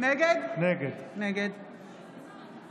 נגד בצלאל